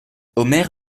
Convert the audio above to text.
omer